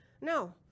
No